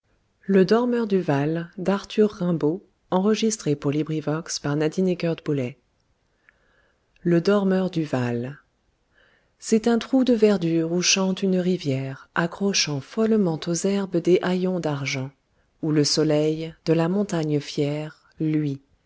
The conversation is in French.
le dormeur du val c'est un trou de verdure où chante une rivière accrochant follement aux herbes des haillons d'argent où le soleil de la montagne fière luit